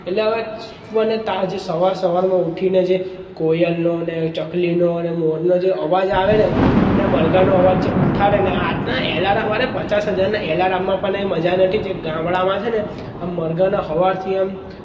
એટલે હવે ત્યાં જે સવાર સવારમાં ઊઠીને જે કોયલનોને ચકલીનોને મોરનો જે અવાજ આવેને મરઘાંનો અવાજ જે ઉઠાવેને આ તો એલારામવાળા પચાસ હજારના એલારામમાં પણ એ મજા નથી જે ગામડામાં છે ને આમ મરઘાંના સવારથી આમ